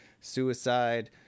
suicide